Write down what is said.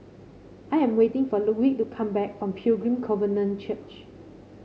I am waiting for Ludwig to come back from Pilgrim Covenant Church